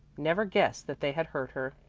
never guess that they had hurt her.